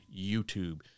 YouTube